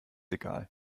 egal